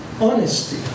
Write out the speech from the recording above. honesty